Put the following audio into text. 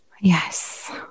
yes